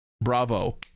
bravo